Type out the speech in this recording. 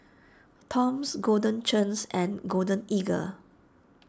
Toms Golden Churns and Golden Eagle